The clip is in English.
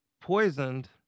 poisoned